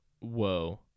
Whoa